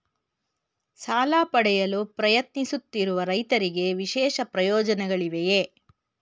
ಸಾಲ ಪಡೆಯಲು ಪ್ರಯತ್ನಿಸುತ್ತಿರುವ ರೈತರಿಗೆ ವಿಶೇಷ ಪ್ರಯೋಜನಗಳಿವೆಯೇ?